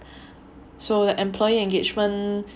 so the employee engagement